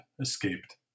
escaped